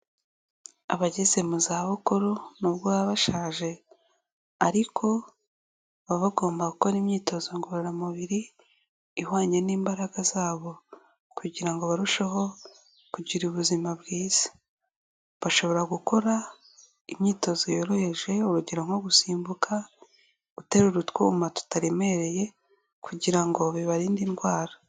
Abageze mu zabukuru nubwo baba bashaje, ariko baba bagomba gukora imyitozo ngororamubiri ihwanye n'imbaraga zabo kugira ngo barusheho kugira ubuzima bwiza, bashobora gukora imyitozo yoroheje, urugero nko gusimbuka, guterura utwuma tutaremereye kugira ngo bibarinde indwara.